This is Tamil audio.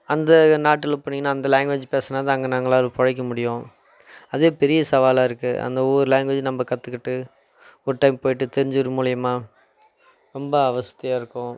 அந்த நாட்டில் போனீங்கனால் அந்த லாங்குவேஜ் பேசினாதான் அங்கே நாங்களாம் பிழைக்க முடியும் அதே பெரிய சவாலாக இருக்குது அந்த ஒவ்வொரு லாங்குவேஜியும் நம்ம கற்றுக்கிட்டு ஒரு டைம் போயிட்டு தெரிஞ்சவர் மூலயமா ரொம்ப அவஸ்தையாக இருக்கும்